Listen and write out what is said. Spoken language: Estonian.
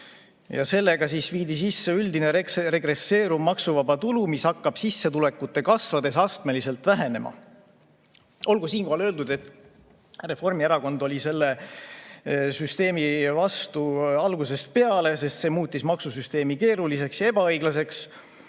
sellega viidi sisse üldine regresseeruv maksuvaba tulu, mis hakkab sissetulekute kasvades astmeliselt vähenema. Olgu siinkohal öeldud, et Reformierakond oli selle süsteemi vastu algusest peale, sest see muutis maksusüsteemi keeruliseks ja ebaõiglaseks,